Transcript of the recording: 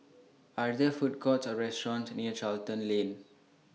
Are There Food Courts Or restaurants near Charlton Lane